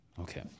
Okay